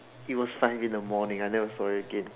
it was fine in the morning I never saw it again